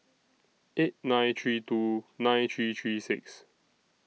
eight nine three two nine three three six